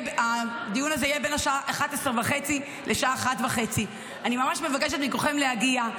הדיון הזה יהיה בין השעה 11:30 לשעה 13:30. אני ממש מבקשת מכולכם להגיע.